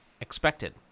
expected